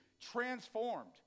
transformed